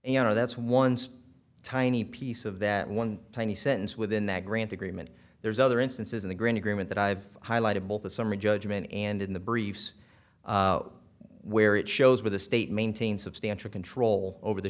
you know that's one's a tiny piece of that one tiny sentence within that grant agreement there's other instances in the green agreement that i've highlighted both the summary judgment and in the briefs where it shows where the state maintains substantial control over the